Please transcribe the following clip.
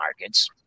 markets